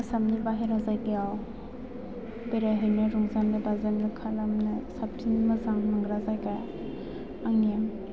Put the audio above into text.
आसामनि बाहेरा जायगायाव बेरायहैनो रंजानो बाजानो खालामनो साबसिन मोजां मोनग्रा जायगा आंनिया